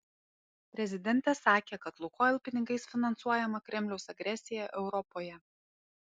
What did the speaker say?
prezidentė sakė kad lukoil pinigais finansuojama kremliaus agresija europoje